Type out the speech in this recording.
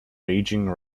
raging